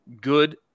good